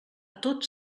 tots